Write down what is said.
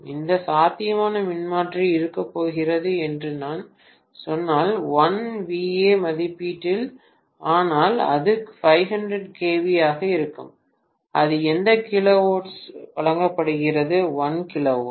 இந்த சாத்தியமான மின்மாற்றி இருக்கப் போகிறது என்று நான் சொன்னால் 1 VA மதிப்பீட்டில் ஆனால் அது 500 kV ஆக இருக்கும் அது எந்த கிலோவோல்ட்டால் வகுக்கப்படுகிறது 1 kV